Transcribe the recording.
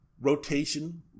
rotation